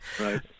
right